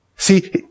See